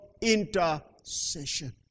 intercession